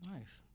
Nice